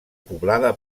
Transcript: poblada